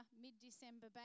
mid-December